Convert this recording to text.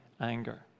anger